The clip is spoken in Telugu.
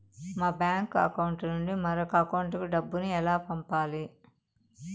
మా బ్యాంకు అకౌంట్ నుండి మరొక అకౌంట్ కు డబ్బును ఎలా పంపించాలి